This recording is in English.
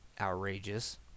outrageous